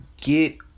get